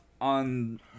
on